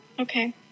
Okay